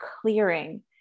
clearing